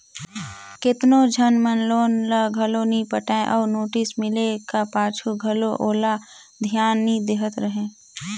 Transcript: केतनो झन मन लोन ल घलो नी पटाय अउ नोटिस मिले का पाछू घलो ओला धियान नी देहत रहें